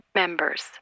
members